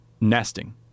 nesting